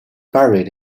buried